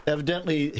Evidently